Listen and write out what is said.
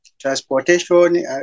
transportation